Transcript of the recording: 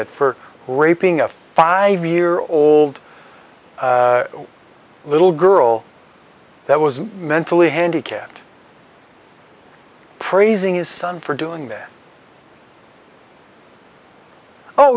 it for raping a five year old little girl that was mentally handicapped praising his son for doing that oh